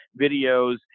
videos